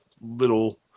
little